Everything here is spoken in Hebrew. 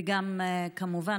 כמובן,